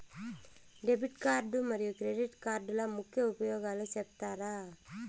Debit card మరియు credit కార్డుల ముఖ్య ఉపయోగాలు సెప్తారా?